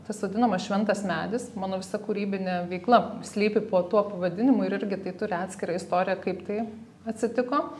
tas vadinamas šventas medis mano visa kūrybinė veikla slypi po tuo pavadinimu ir irgi tai turi atskirą istoriją kaip tai atsitiko